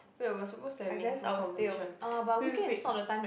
wait we're supposed to have meaningful conversation quick quick quick